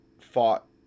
fought